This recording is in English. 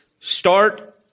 start